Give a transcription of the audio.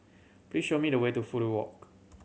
please show me the way to Fudu Walk